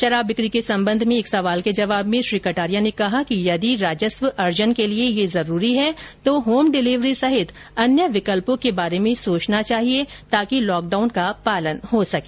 शराब बिक्री के संबंध में एक सवाल के जवाब में श्री कटारिया ने कहा कि यदि राजस्व अर्जन के लिए ये जरूरी है तो होम डिलीवरी सहित अन्य विकल्पों के बारे में सोचना चाहिए ताकि लॉकडाउन का पालन हो सके